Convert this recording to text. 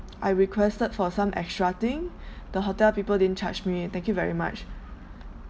I requested for some extra thing the hotel people didn't charge me thank you very much